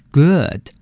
good